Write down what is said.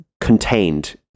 contained